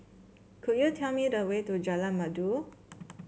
could you tell me the way to Jalan Merdu